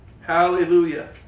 Hallelujah